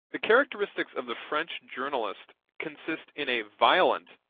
the characteristics of the french journalist consist in a violent,